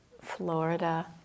Florida